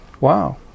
Wow